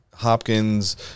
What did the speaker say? Hopkins